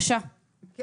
אני